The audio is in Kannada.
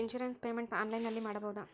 ಇನ್ಸೂರೆನ್ಸ್ ಪೇಮೆಂಟ್ ಆನ್ಲೈನಿನಲ್ಲಿ ಮಾಡಬಹುದಾ?